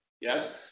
yes